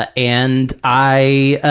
ah and i